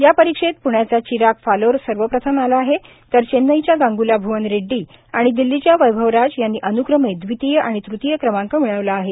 या परीक्षेत प्ण्याचा चिराग फालोर सर्वप्रथम आला आहे तर चेन्नईच्या गांग्ला भ्वन रेड्डी आणि दिल्लीच्या वैभवराज यांनी अन्क्रमे दवितीय आणि तृतीय क्रमांक मिळवला आहे